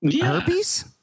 herpes